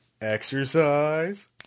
exercise